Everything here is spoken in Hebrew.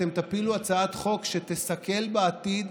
אתם תפילו הצעת חוק שתסכל בעתיד